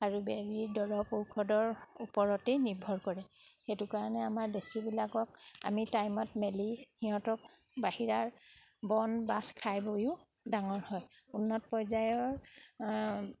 আৰু বেজী দৰৱ ঔষধৰ ওপৰতেই নিৰ্ভৰ কৰে সেইটো কাৰণে আমাৰ দেশীবিলাকক আমি টাইমত মেলি সিহঁতক বাহিৰা বন বাত খাই বৈয়ো ডাঙৰ হয় উন্নত পৰ্যায়ৰ